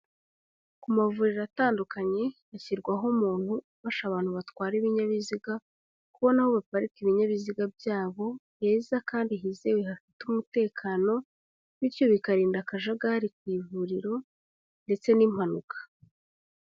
Ku mavuriro atandukanye hashyirwaho umuntu ufasha abantu batwara ibinyabiziga kubona aho baparika ibinyabiziga byabo heza kandi hizewe hafite umutekano, bityo bikarinda akajagari ku ivuriro ndetse n'impanuka.